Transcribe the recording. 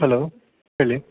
hello ಹೇಳಿ